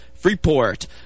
Freeport